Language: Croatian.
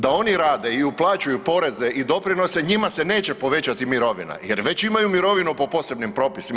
Da oni rade i uplaćuju poreze i doprinose njima se neće povećati mirovina jer već imaju mirovinu po posebnim propisima.